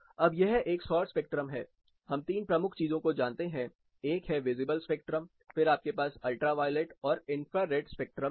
अब यह एक सौर स्पेक्ट्रम है हम तीन प्रमुख चीजों को जानते हैं एक है विजिबल स्पेक्ट्रम फिर आपके पास अल्ट्रा वायलेट और इंफ्रारेड स्पेक्ट्रम है